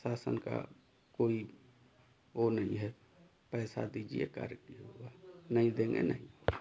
प्रशासन का कोई ओ नहीं है पैसा दीजिए कार्य होगा नहीं देंगे नहीं